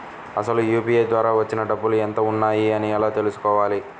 అసలు యూ.పీ.ఐ ద్వార వచ్చిన డబ్బులు ఎంత వున్నాయి అని ఎలా తెలుసుకోవాలి?